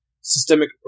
systemic